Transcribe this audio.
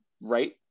right